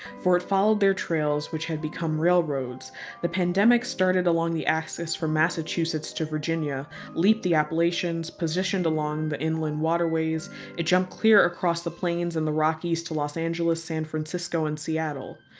for it followed their trails which had become railroads the pandemic started along the axis from massachusetts to virginia leaped the appalachians positioned along the inland waterways it jumped clear across the plains and the rockies to los angeles, san francisco, and seattle.